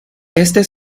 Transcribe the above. este